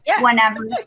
whenever